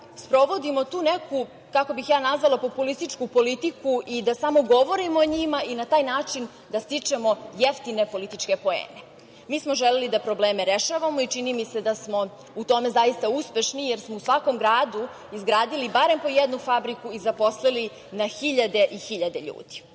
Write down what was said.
sprovodimo tu neku, kako bih ja nazvala, populističku politiku i da samo govorimo o njima i na taj način da stičemo jeftine političke poene. Mi smo želeli da probleme rešavamo i čini mi se da smo u tome zaista uspešni, jer smo u svakom gradu izgradili barem po jednu fabriku i zaposlili na hiljade i hiljade ljudi. Kada